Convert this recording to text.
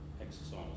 exercise